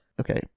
Okay